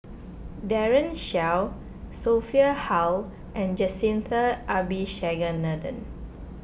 Daren Shiau Sophia Hull and Jacintha Abisheganaden